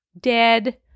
dead